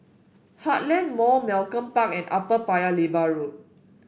Heartland Mall Malcolm Park and Upper Paya Lebar Road